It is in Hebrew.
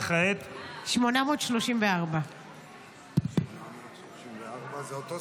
וכעת נצביע על הסתייגות 834. הצבעה.